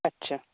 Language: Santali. ᱟᱪᱪᱷᱟ